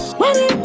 money